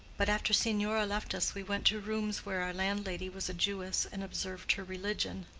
but after signora left us we went to rooms where our landlady was a jewess and observed her religion.